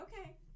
okay